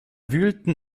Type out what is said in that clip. wühlten